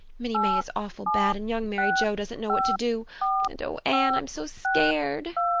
minnie may is awful bad and young mary joe doesn't know what to do and oh, anne, i'm so scared!